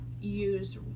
use